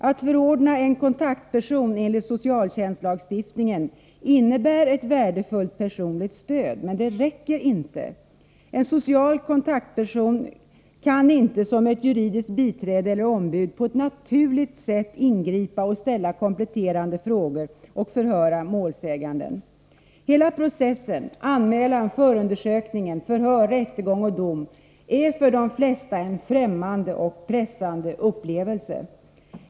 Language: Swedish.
Att förordna en kontaktperson enligt socialtjänstlagstiftningen innebär ett värdefullt personligt stöd, men det räcker inte. En social kontaktperson kan inte som ett juridiskt biträde eller ombud på ett naturligt sätt ingripa och ställa kompletterande frågor och förhöra målsäganden. Hela processen — anmälan, förundersökning, förhör, rättegång och dom är för de flesta en fftämmande och pressande upplevelse.